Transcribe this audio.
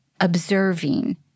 observing